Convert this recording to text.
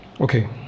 okay